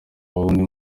wundi